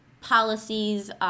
policies